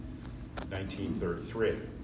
1933